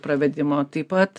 pravedimo taip pat